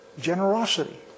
generosity